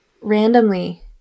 randomly